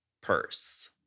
purse